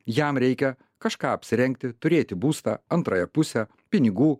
jam reikia kažką apsirengti turėti būstą antrąją pusę pinigų